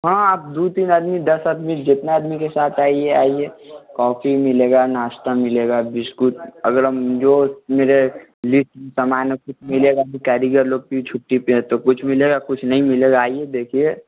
हाँ आप दो तीन आदमी दस आदमी जितना आदमी के साथ आइए आइए कॉफी मिलेगा नाश्ता मिलेगा बिस्कुट अगर हम जो मेरे लिस्ट में सामान है कुछ मिलेगा भी कारीगर लोग की छुट्टी पर है तो कुछ मिलेगा कुछ नहीं मिलेगा आइए देखिए